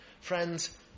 Friends